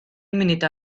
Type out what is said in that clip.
munudau